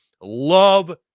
Love